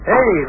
Hey